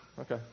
Okay